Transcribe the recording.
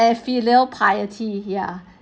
filial piety ya